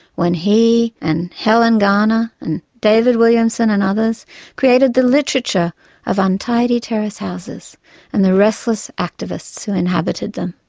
when he and helen garner, and david williamson and others created the literature of untidy terrace houses and the restless activists who inhabited them.